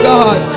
God